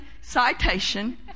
citation